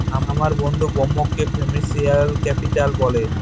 আমার বন্ধু বোম্বেকে ফিনান্সিয়াল ক্যাপিটাল বলে